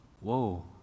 Whoa